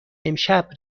امشب